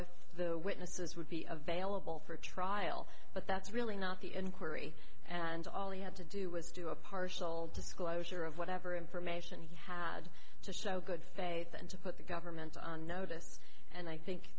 if the witnesses would be available for trial but that's really not the inquiry and all he had to do was do a partial disclosure of whatever information he had to show good faith and to put the government on notice and i think